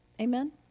Amen